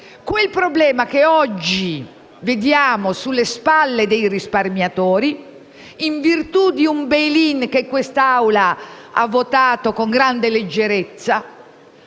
quel problema che oggi vediamo sulle spalle dei risparmiatori in virtù di un *bail in,* che quest'Assemblea ha votato con grande leggerezza.